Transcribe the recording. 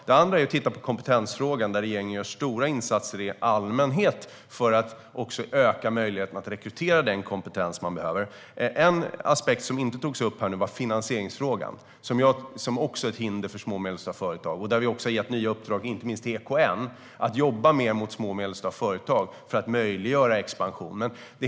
Ett annat är att titta på kompetensfrågan, där regeringen gör stora insatser i allmänhet för att öka möjligheten att rekrytera den kompetens som behövs. En aspekt som inte togs upp var finansieringsfrågan, som också är ett hinder för små och medelstora. Där har vi gett nya uppdrag till inte minst EKN att jobba mer mot små och medelstora företag för att möjliggöra expansion.